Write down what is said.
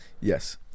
Yes